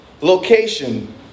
location